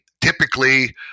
typically